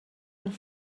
een